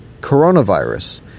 coronavirus